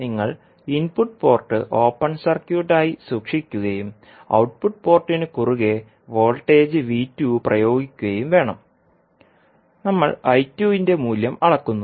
നിങ്ങൾ input port open സർക്യൂട്ടായി സൂക്ഷിക്കുകയും ഔട്ട്പുട്ട് പോർട്ടിന് കുറുകെ വോൾട്ടേജ് V2 പ്രയോഗിക്കുകയും വേണം നമ്മൾ I2 ന്റെ മൂല്യം അളക്കുന്നു